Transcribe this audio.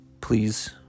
Please